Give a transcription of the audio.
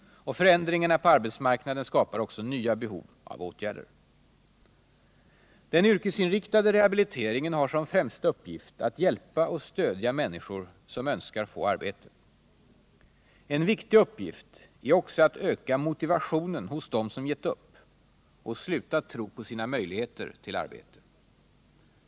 För I ändringarna på arbetsmarknaden skapar också nya behov av åtgärder. Skyddat arbete och Den yrkesinriktade rehabiliteringen har som främsta uppgift att hjälpa — yrkesinriktad och stödja människor som önskar få arbete. En viktig uppgift är dock = rehabilitering också att öka motivationen hos dem som gett upp och slutat tro på = m.m. sina möjligheter till arbete.